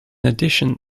addition